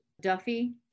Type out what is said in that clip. Duffy